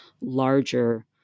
larger